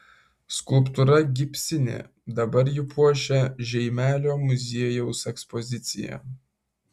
skulptūra gipsinė dabar ji puošia žeimelio muziejaus ekspoziciją